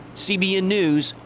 cbn news,